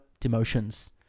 demotions